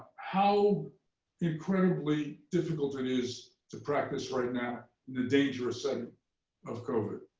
how incredibly difficult it is to practice right now in the dangerous setting of covid.